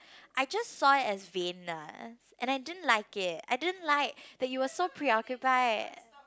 I just saw it as vain eh and I didn't like it I didn't like that you were so preoccupied